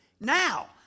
Now